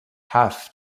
half